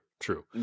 True